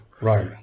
right